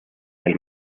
del